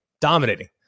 Dominating